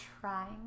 trying